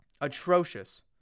atrocious